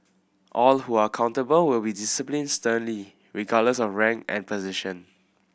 all who are accountable will be disciplined sternly regardless of rank and position